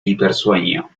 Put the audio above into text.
hipersueño